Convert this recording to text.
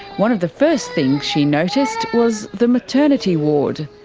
one of the first things she noticed was the maternity ward.